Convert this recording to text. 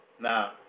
Now